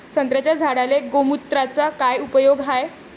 संत्र्याच्या झाडांले गोमूत्राचा काय उपयोग हाये?